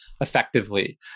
effectively